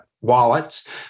wallets